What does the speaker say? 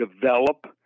develop